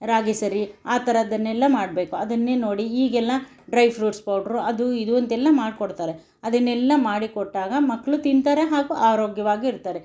ರಾಗಿ ಸರಿ ಆ ಥರದನ್ನೆಲ್ಲ ಮಾಡಬೇಕು ಅದನ್ನೇ ನೋಡಿ ಈಗೆಲ್ಲ ಡ್ರೈ ಫ್ರೂಟ್ಸ್ ಪೌಡ್ರ್ ಅದು ಇದು ಅಂತೆಲ್ಲ ಮಾಡಿಕೊಡ್ತಾರೆ ಅದನ್ನೆಲ್ಲ ಮಾಡಿಕೊಟ್ಟಾಗ ಮಕ್ಕಳು ತಿಂತಾರೆ ಹಾಗೂ ಆರೋಗ್ಯವಾಗಿರ್ತಾರೆ